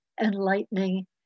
enlightening